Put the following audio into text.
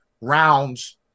rounds